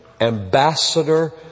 ambassador